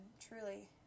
truly